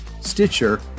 Stitcher